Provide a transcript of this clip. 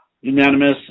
Unanimous